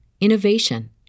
innovation